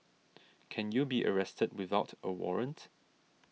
can you be arrested without a warrant